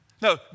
No